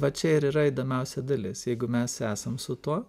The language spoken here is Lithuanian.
va čia ir yra įdomiausia dalis jeigu mes esam su tuo